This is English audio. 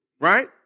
right